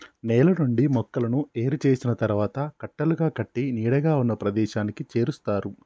నేల నుండి మొక్కలను ఏరు చేసిన తరువాత కట్టలుగా కట్టి నీడగా ఉన్న ప్రదేశానికి చేరుస్తారు